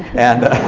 and